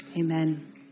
Amen